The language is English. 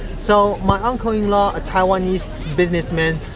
so my uncle in law, a taiwanese businessman,